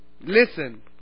Listen